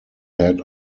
head